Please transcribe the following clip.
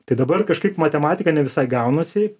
tai dabar kažkaip matematika ne visai gaunasi